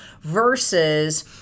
versus